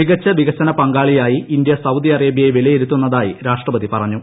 മികച്ച വികസന പങ്കാളിയായി ഇന്ത്യ സ്ന്ദ്ദി അറേബ്യയെ വിലയിരുത്തുന്നതായി രാഷ്ട്രപതി പറഞ്ഞു